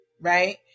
right